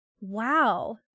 Wow